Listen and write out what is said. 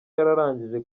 yararangije